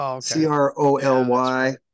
c-r-o-l-y